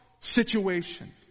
situation